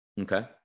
Okay